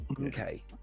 Okay